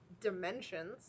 dimensions